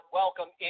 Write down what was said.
welcome